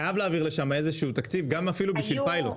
חייב להעביר לשם איזשהו תקציב גם אפילו בשביל פיילוט.